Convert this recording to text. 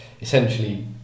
essentially